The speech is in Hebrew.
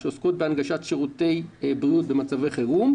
שעוסקות בהנגשת שירותי בריאות במצבי חירום,